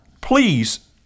Please –